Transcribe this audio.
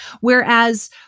Whereas